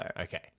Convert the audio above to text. Okay